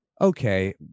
Okay